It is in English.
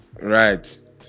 Right